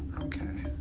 okay.